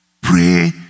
pray